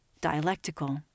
dialectical